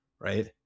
Right